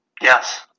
Yes